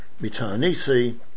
mitanisi